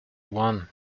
one